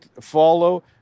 follow